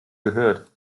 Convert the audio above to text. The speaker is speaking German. gehört